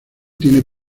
tiene